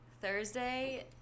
Thursday